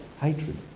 Hatred